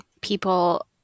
people